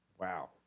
wow